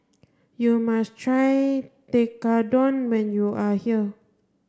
you must try Tekkadon when you are here